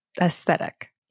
aesthetic